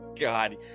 God